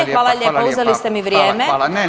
Ne hvala lijepa, uzeli ste mi vrijeme.